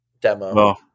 demo